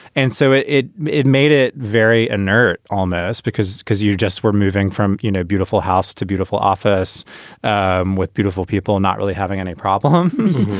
and so it it it made it very inert almost because because you just were moving from, you know, beautiful house to beautiful office um with beautiful people not really having any problems.